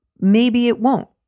maybe it won't.